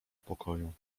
pokoju